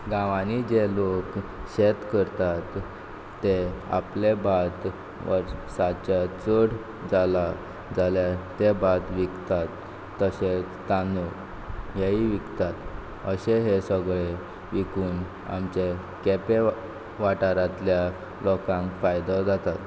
गांवानी जे लोक शेत करतात ते आपलें भात वर्साचें चड जालां जाल्या तें भात विकतात तशेंच तांदूळ हेंयीय विकतात अशें हें सगळें विकून आमचें केंपें वा वाठारांतल्या लोकांक फायदो जातात